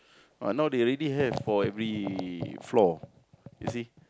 but now they already have for every floor you see